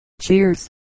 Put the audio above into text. Cheers